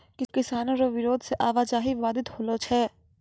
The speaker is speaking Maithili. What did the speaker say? किसानो रो बिरोध से आवाजाही बाधित होलो छै